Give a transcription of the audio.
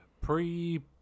pre